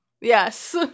Yes